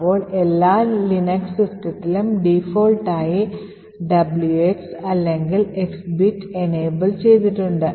ഇപ്പോൾ എല്ലാ ലിനക്സ് സിസ്റ്റത്തിലും default ആയി WX അല്ലെങ്കിൽ X ബിറ്റ് എനേബിൾ ചെയ്തിട്ടുണ്ട്